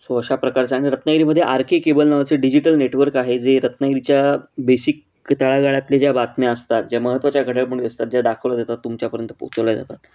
so अशा प्रकारचे आणि रत्नागिरीमध्ये आर के केबल नावाचं डिजिटल नेटवर्क आहे जे रत्नागिरीच्या बेसिक तळागाळातल्या ज्या बातम्या असतात ज्या महत्त्वाच्या घडामोडी असतात ज्या दाखवल्या जातात तुमच्यापर्यंत पोहोचवल्या जातात